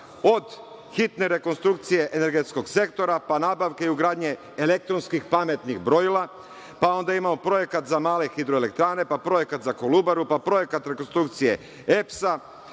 od hitne rekonstrukcije energetskog sektora, pa nabavke i ugradnje elektronskih pametnih brojila, pa onda imamo projekat za male hidroelektrane, pa projekat za „Kolubaru“, pa projekat rekonstrukcije EPS-a,